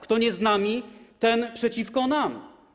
Kto nie z nami, ten przeciwko nam.